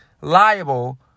liable